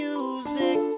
Music